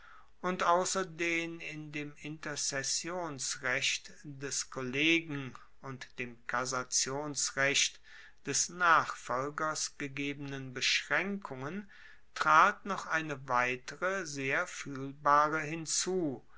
und ausser den in dem interzessionsrecht des kollegen und dem kassationsrecht des nachfolgers gegebenen beschraenkungen trat noch eine weitere sehr fuehlbare hinzu